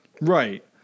Right